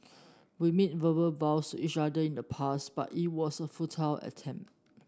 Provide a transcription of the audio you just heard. we made verbal vows to each other in the past but it was a futile attempt